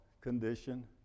condition